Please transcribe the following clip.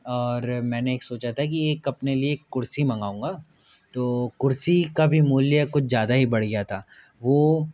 और मैंने एक सोच था कि एक अपने लिए कुर्सी मंगाऊँगा तो कुर्सी का भी मूल्य कुछ ज़्यादा ही बढ़ गया था वो